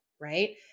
right